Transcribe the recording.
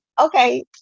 Okay